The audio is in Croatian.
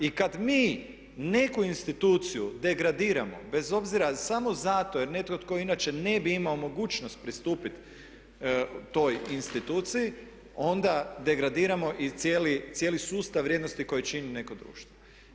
I kad mi neku instituciju degradiramo bez obzira samo zato jer netko tko inače ne bi imao mogućnost pristupiti toj instituciji onda degradiramo i cijeli sustav vrijednosti koji čini neko društvo.